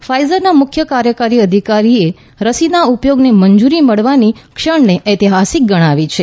ફાઈઝરનાં મુખ્ય કાર્યકારી અધિકારીએ રસીના ઉપયોગને મંજૂરી મળવાની ઐતિહાસીક ક્ષણ ગણાવી છે